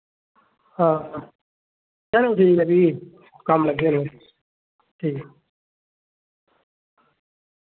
हां चलो ठीक ऐ फ्ही कम्म लग्गे दे ठीक ऐ